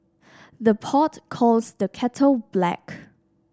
the pot calls the kettle black